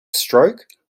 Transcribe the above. stroke